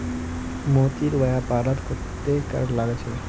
मोतीर व्यापारत कत्ते कर लाग छ